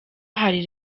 hari